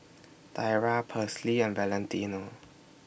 Tyra Persley and Valentino